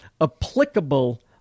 applicable